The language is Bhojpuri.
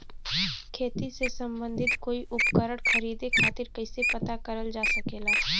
खेती से सम्बन्धित कोई उपकरण खरीदे खातीर कइसे पता करल जा सकेला?